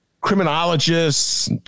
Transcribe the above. criminologists